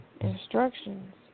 instructions